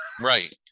Right